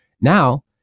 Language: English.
Now